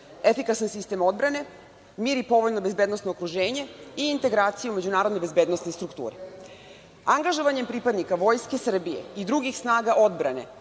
efikasan sistem odbrane, mir i povoljno bezbednosno okruženje i integracije u međunarodne bezbednosne strukture. Angažovanjem pripadnika Vojske Srbije i drugih snaga odbrane